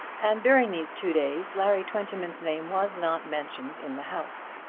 and during these two days larry twentyman's name was not mentioned in the house.